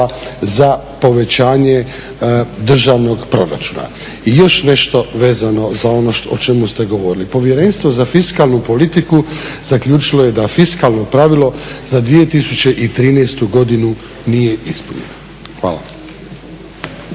za povećanje državnog proračuna. I još nešto vezano za ono o čemu ste govorili. Povjerenstvo za fiskalnu politiku zaključilo je da fiskalno pravilo za 2013. godinu nije ispunjeno. Hvala.